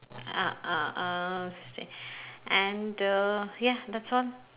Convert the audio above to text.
ah ah ah s~ and the yeah that's all